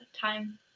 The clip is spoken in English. time